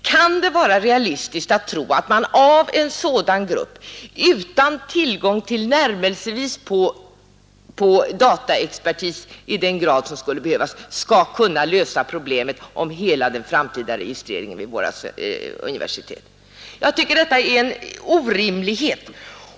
Kan det vara realistiskt att tro att man med en sådan grupp, utan tillgång till dataexpertis tillnärmelsevis i den grad som skulle behövas, skall kunna lösa problemet om hela den framtida registreringen vid våra universitet? Jag tycker att detta är orimligt.